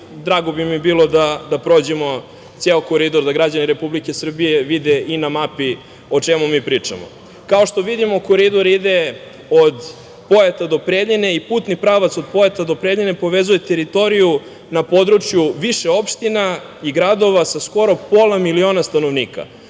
ali bi mi bilo drago da prođemo ceo koridor, da građani Republike Srbije vide i na mapi o čemu mi pričamo. Kao što vidimo, koridor ide od Pojata do Preljine i putni pravac od Pojata do Preljine povezuje teritoriju na području više opština i gradova sa skoro pola miliona stanovnika.